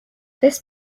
this